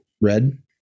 red